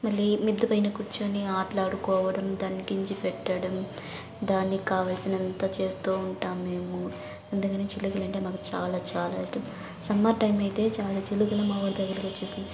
మళ్ళి మిద్దె పైన కుర్చొని ఆడుకోవడం దాని గింజ పెట్టడం దాన్ని కావల్సినంత చేస్తు ఉంటాము మేము అందుకని చిలుకలంటే మాకు చాలా చాలా ఇష్టం సమ్మర్ టైమ్ అయితే చాలా చిలుకలు మా ఊర్ దగ్గరకు వచ్చి